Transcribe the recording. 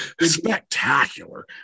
Spectacular